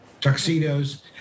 tuxedos